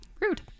Rude